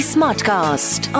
Smartcast